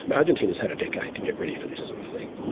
argentina has had a decade to get ready for this sort of thing,